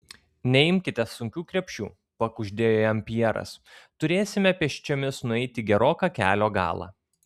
neimkite sunkių krepšių pakuždėjo jam pjeras turėsime pėsčiomis nueiti geroką kelio galą